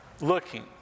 looking